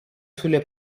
sulle